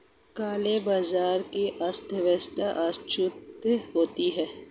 काले बाजार की अर्थव्यवस्था असूचित होती है